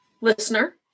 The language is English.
listener